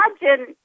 Imagine